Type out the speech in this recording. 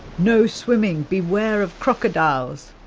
no swimming, beware of crocodiles.